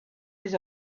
his